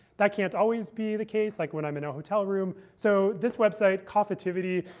that can't always be the case, like when i'm in a hotel room. so this website, coffitivity,